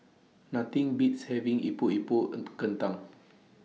Nothing Beats having Epok Epok Kentang